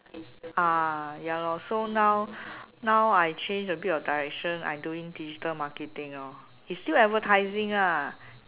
ah ya lor so now now I change a bit of direction I doing digital marketing lor it's still advertising lah